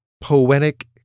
poetic